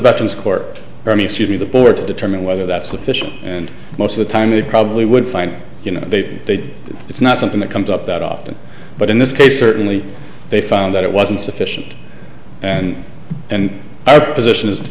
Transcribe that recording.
veterans court to be the board to determine whether that's sufficient and most of the time they probably would find you know they did it's not something that comes up that often but in this case certainly they found that it wasn't sufficient and and our position is to